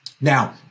Now